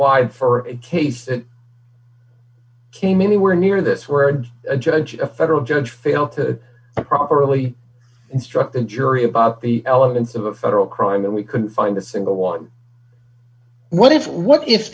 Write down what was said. wide for a case that came anywhere near this word a judge a federal judge failed to properly instructed jury about the elements of a federal crime and we can find a single one what if what if